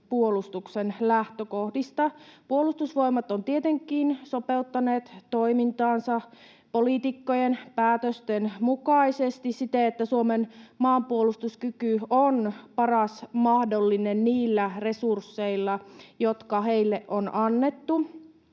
puolustuksen lähtökohdista. Puolustusvoimat on tietenkin sopeuttanut toimintaansa politiikkojen päätösten mukaisesti siten, että Suomen maapuolustuskyky on paras mahdollinen niillä resursseilla, jotka heille on annettu.